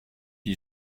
you